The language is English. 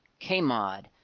Kmod